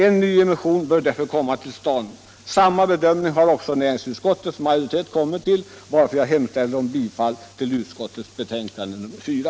En nyemission bör därför komma till stånd. Samma bedömning har också näringsutskottets majoritet kommit till, varför jag yrkar bifall till utskottets hemställan i betänkandet nr 4.